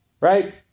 Right